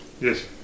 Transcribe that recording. yes